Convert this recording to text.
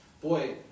Boy